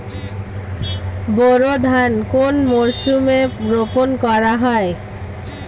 বোরো ধান কোন মরশুমে রোপণ করা হয়?